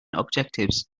objectives